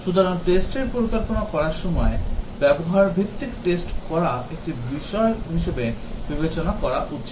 সুতরাং test র পরিকল্পনা করার সময় ব্যবহার ভিত্তিক test করা একটি বিষয় হিসাবে বিবেচনা করা উচিত